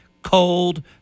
Cold